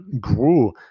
grew